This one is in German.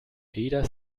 weder